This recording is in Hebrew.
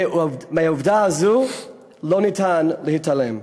מעובדה זו לא ניתן להתעלם.